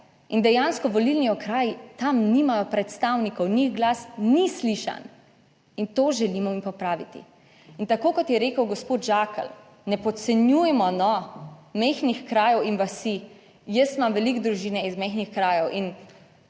in dejansko volilni okraji tam nimajo predstavnikov, njih glas ni slišan in to želimo jim popraviti. In tako kot je rekel gospod Žakelj, ne podcenjujmo majhnih krajev in vasi. Jaz imam veliko družine iz majhnih krajev